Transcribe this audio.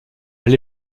elle